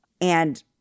And-